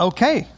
Okay